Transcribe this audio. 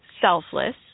selfless